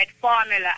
formula